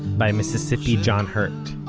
by mississippi john hurt.